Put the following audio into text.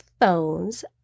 phones